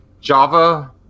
java